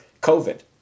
COVID